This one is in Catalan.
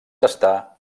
està